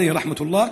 (אומר בערבית: ירחם עליו האל,)